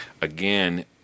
again